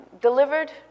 delivered